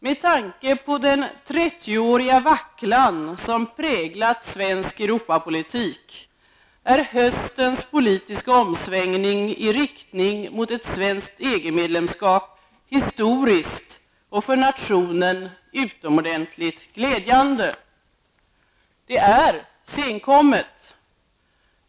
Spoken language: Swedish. Med tanke på den trettioåriga vacklan som präglat svensk Europapolitik är höstens politiska omsvängning i riktning mot ett svenskt EG-medlemskap historiskt och för nationen utomordentligt glädjande. Det är senkommet.